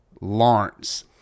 Lawrence